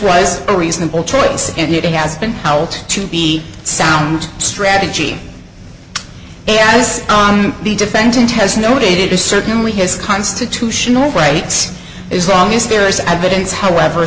was a reasonable choice and it has been held to be sound strategy and is on the defendant has noted it is certainly his constitutional rights is wrong is there is evidence however